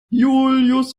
julius